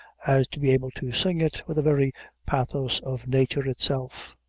as to be able to sing it with the very pathos of nature itself.